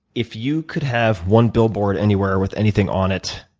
if you could have one billboard anywhere with anything on it,